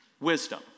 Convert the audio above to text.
wisdom